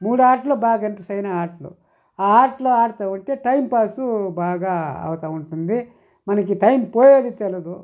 మూడు ఆటలు బాగా సైనా ఆటలు ఆ ఆటలు ఆడటమంటే టైం పాసు బాగా అవుతూ ఉంటుంది మనకి టైం పోయేదే తెలీయదు